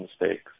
mistakes